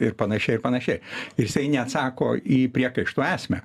ir panašiai ir panašiai ir jisai neatsako į priekaištų esmę